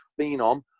phenom